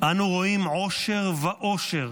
אנו רואים אושר ועושר